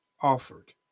offered